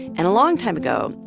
and a long time ago,